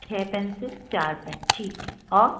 छः पेंसिल चार पैन ठीक है और